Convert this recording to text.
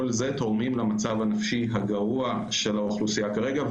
כל אלה תורמים למצב הנפשי הגרוע של האוכלוסייה כרגע,